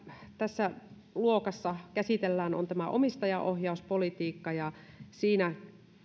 tässä luokassa käsitellään on omistajaohjauspolitiikka ja siinä